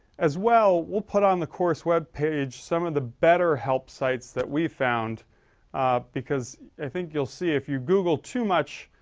as well, we'll put on the course webpage, some of the better help sites that we've found ah, because i think you'll see if you google too much